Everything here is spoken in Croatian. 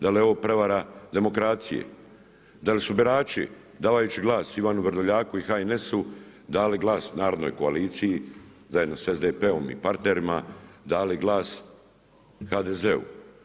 Da li je ovo prevara demokracije, da li su birači, davajući glas Ivanu Vrdoljaku i HNS-u, dali glas narodnoj koaliciji zajedno sa SDP-om i partnerima, dali glas HDZ-u.